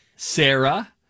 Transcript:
Sarah